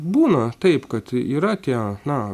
būna taip kad yra tie na